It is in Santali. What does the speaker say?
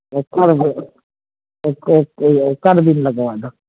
ᱮᱠᱟᱞᱜᱮ ᱚᱠᱟᱨᱮᱵᱮᱱ ᱞᱟᱜᱟᱣᱟ ᱟᱫᱚ